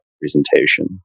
presentation